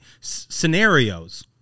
Scenarios